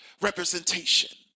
representation